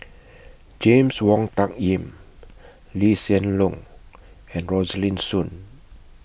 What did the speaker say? James Wong Tuck Yim Lee Hsien Loong and Rosaline Soon